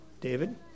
David